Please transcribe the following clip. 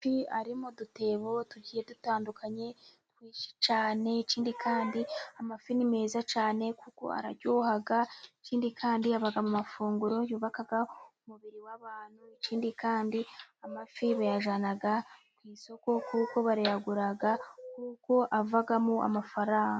Amafi ari mu dutebo tugiye dutandukanye twinshi cyane, ikindi kandi amafi ni meza cyane kuko araryoha ikindi kandi aba mu mafunguro yubaka umubiri w'abantu, ikindi kandi amafi bayajyana ku isoko kuko bayagura kuko avamo amafaranga.